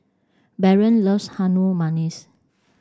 Baron loves Harum Manis